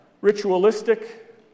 ritualistic